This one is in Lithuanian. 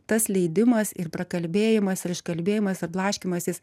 tas leidimas ir prakalbėjimas ir iškalbėjimas ir blaškymasis